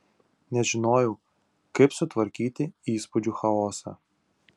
nežinojau kaip sutvarkyti įspūdžių chaosą